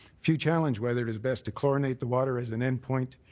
few challenge whether it is best to chlorinate the water as an end point.